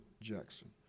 jackson